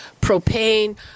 propane